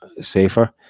safer